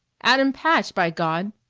adam patch, by god!